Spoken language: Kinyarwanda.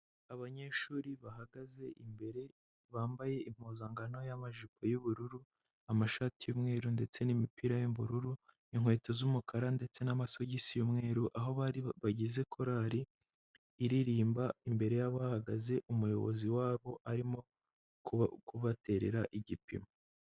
Abanyeshuri bahagaze imbere bambaye impuzankano y'amajipo y'ubururu, amashati y'umweru ndetse n'imipira y'ubururu, inkweto z'umukara ndetse n'amasogisi y'umweru, aho bagize korari iririmba, imbere yabo hahagaze umuyobozi wabo arimo kubaterera igipimo.